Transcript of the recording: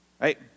right